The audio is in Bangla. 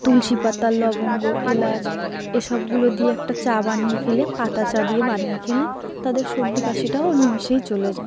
তুলসী পাতা লবঙ্গ এলাচ এসবগুলো দিয়ে একটা চা বানিয়ে খেলে পাতা চা দিয়ে বানিয়ে খেলে তাদের সর্দি কাশিটাও নিমেষেই চলে যায়